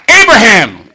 Abraham